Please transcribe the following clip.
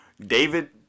David